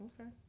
Okay